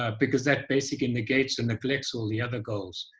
ah because that basically negates and neglects all the other goals,